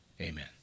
Amen